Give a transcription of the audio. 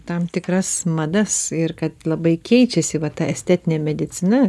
tam tikras madas ir kad labai keičiasi va ta estetinė medicina